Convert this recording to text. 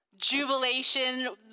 jubilation